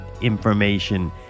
information